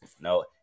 No